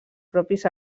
propis